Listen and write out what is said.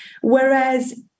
whereas